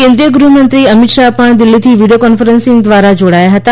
કેન્દ્રીય ગૃહમંત્રી અમિત શાહ દિલ્હીથી વિડીયો કોન્ફરન્સ દ્વારા જોડાયા હતા